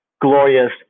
glorious